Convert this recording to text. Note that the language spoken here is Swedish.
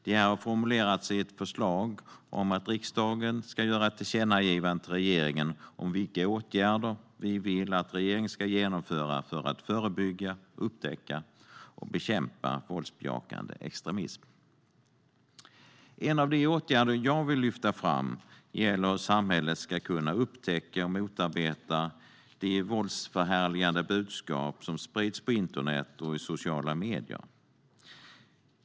Dessa har formulerats i ett förslag om att riksdagen ska göra ett tillkännagivande till regeringen om vilka åtgärder vi vill att regeringen ska genomföra för att förebygga, upptäcka och bekämpa våldsbejakande extremism. En av de åtgärder jag vill lyfta fram gäller hur samhället ska kunna upptäcka och motarbeta de våldsförhärligande budskap som sprids på internet och i sociala medier.